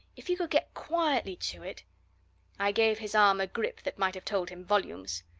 if you could get quietly to it i gave his arm a grip that might have told him volumes.